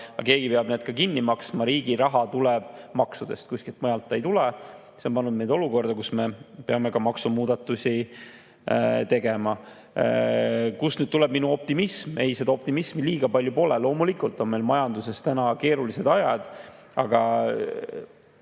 teha, peab keegi kinni maksma. Riigi raha tuleb maksudest, kuskilt mujalt see ei tule. See on pannud meid olukorda, kus me peame ka maksumuudatusi tegema. Kust tuleb minu optimism? Ei, seda optimismi pole liiga palju. Loomulikult on meil majanduses keerulised ajad, aga